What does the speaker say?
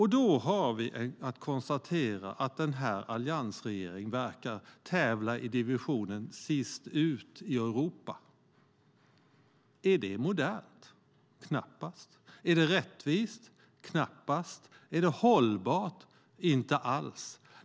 Här kan vi konstatera att alliansregeringen verkar tävla i divisionen sist-ut-i-Europa. Är det modernt? Knappast. Är det rättvist? Knappast. Är det hållbart? Inte alls.